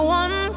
one